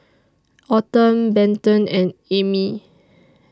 Autumn Benton and Ammie